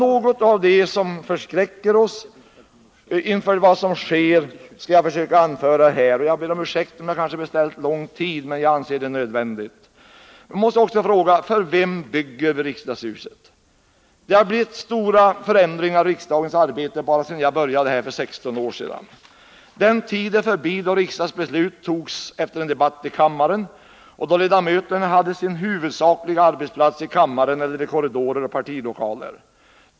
Något av det som förskräcker oss inför vad som sker skall jag försöka anföra här. Jag ber om ursäkt för att jag kanske har reserverat lång tid på talarlistan, men jag anser det nödvändigt. Nr 121 Jag måste också fråga: För vem bygger vi riksdagshuset? Det har blivit Onsdagen den stora förändringar i riksdagsarbetet bara sedan jag började här för 16 år 16 april 1980 sedan. Den tiden är förbi då riksdagsbeslut fattades efter en debatt i kammaren och då ledamöterna hade sin huvudsakliga arbetsplats i kammaren eller i korridorer och partilokaler.